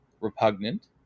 repugnant